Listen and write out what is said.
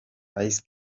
ice